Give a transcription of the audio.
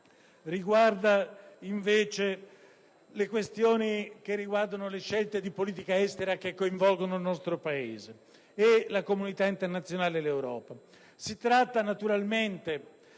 riguarda, invece, le scelte di politica estera che coinvolgono il nostro Paese, la comunità internazionale e l'Europa. Si tratta naturalmente